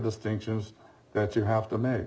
distinctions that you have to make